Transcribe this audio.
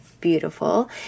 beautiful